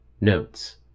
Notes